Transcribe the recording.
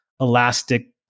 elastic